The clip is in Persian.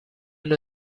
نوع